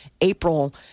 April